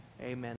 Amen